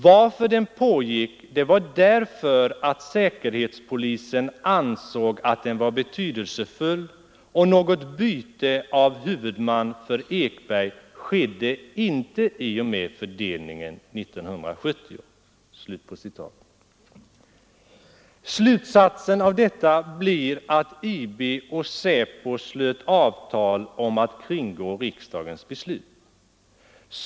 Varför den pågick det var därför att säkerhetspolisen ansåg att den var betydelsefull och något byte av huvudman för Ekberg skedde inte i och med fördelningen 1970.” Slutsatsen av detta blir att IB och SÄPO slöt avtal om att kringgå riksdagens beslut.